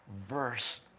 verse